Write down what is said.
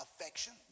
affection